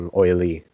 oily